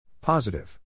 positive